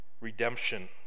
redemption